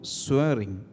swearing